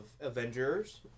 Avengers